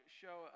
show